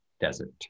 desert